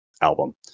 album